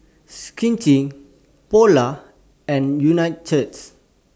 Schick Polar and Unicurd